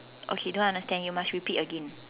okay don't understand you must repeat again